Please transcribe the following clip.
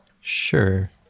Sure